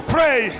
Pray